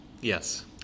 Yes